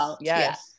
yes